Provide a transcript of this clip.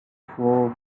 for